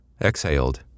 exhaled